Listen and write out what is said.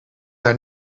haar